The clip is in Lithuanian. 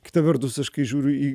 kita vertus aš kai žiūriu į